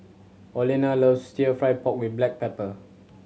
Olena loves Stir Fry pork with black pepper